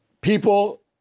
People